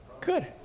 Good